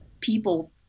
people